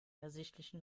ersichtlichen